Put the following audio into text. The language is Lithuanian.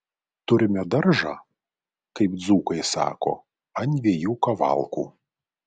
turime daržą kaip dzūkai sako ant dviejų kavalkų